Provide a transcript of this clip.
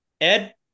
Ed